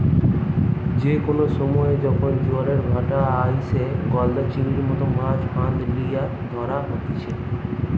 যে কোনো সময়ে যখন জোয়ারের ভাঁটা আইসে, গলদা চিংড়ির মতো মাছ ফাঁদ লিয়ে ধরা হতিছে